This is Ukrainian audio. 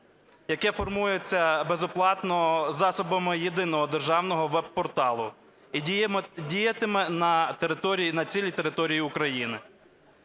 яке формується безоплатно засобами єдиного державного вебпорталу, і діятиме на території, на